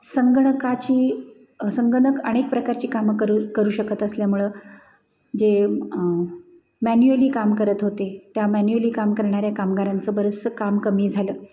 संगणकाची संगनक अणेक प्रकारची कामं करू करू शकत असल्यामुळं जे मॅन्युअली काम करत होते त्या मॅन्युअली काम करणाऱ्या कामगारांचं बरंचसं काम कमी झालं